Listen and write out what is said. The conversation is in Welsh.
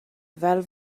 fel